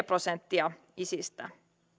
prosenttia isistä